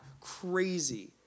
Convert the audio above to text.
crazy